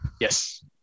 Yes